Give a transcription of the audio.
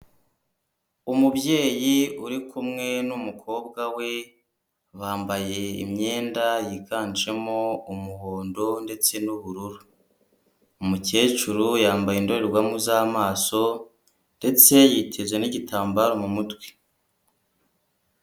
Umubyeyi uri kumwe n'umukobwa we, bambaye imyenda yiganjemo umuhondo ndetse n'ubururu, umukecuru yambaye indorerwamo z'amaso ndetse yiteze n'igitambaro mu mutwe.